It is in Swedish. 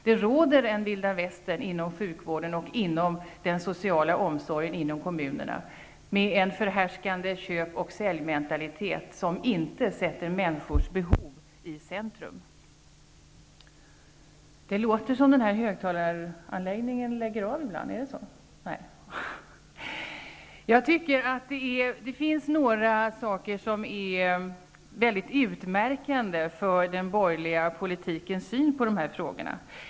Det råder en Vilda Västern-stämning inom sjukvården och den sociala omsorgen inom kommunerna. Det finns en förhärskande köp och säljmentalitet som inte sätter människors behov i centrum. Några saker är utmärkande för den borgerliga politikens syn på dessa frågor.